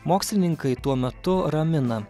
mokslininkai tuo metu ramina